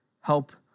help